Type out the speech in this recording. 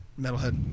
metalhead